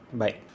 bye